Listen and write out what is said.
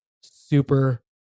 super